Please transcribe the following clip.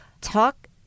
talk